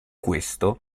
questo